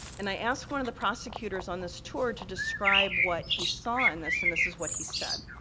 and i asked one of the prosecutors on this tour to describe what he saw in this, and this is what he said.